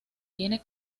tiene